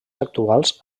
actuals